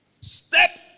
step